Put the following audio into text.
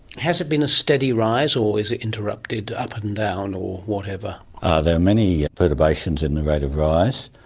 has it been a steady rise, or is it interrupted up and and down or whatever? ah there are many perturbations in the rate of rise.